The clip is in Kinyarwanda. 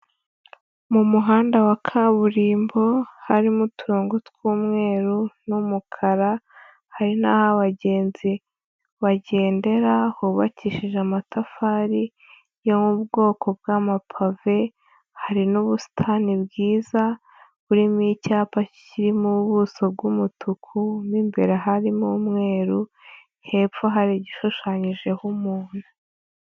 Mu muhanda wa kaburimbo harimo uturongo tw'umweru n'umukara hari naho abagenzi bagendera hubakishije amatafari yo mu bwoko bw'amapave hari n'ubusitani bwiza buririmo icyapa kiririmo ubuso bw'umutuku n'imbere harimo umweru hepfo hari igishushanyijeho umuntuntu.